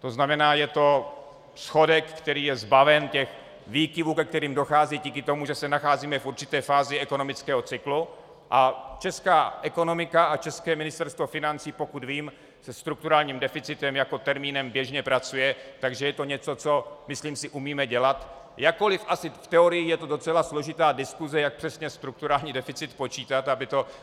To znamená, je to schodek, který je zbaven těch výkyvů, ke kterým dochází díky tomu, že se nacházíme v určité fázi ekonomického cyklu, a česká ekonomika a české Ministerstvo financí, pokud vím, se strukturálním deficitem jako termínem běžně pracuje, takže je to něco, co, myslím, umíme dělat, jakkoli asi v teorii je to složitá diskuse, jak přesně strukturální deficit počítat,